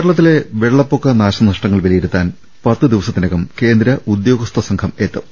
കേരളത്തിലെ വെള്ളപ്പൊക്ക നാശനഷ്ടങ്ങൾ വിലയി രുത്താൻ പത്ത് ദിവസത്തിനകം കേന്ദ്ര ഉദ്യോഗസ്ഥ സംഘം എത്തും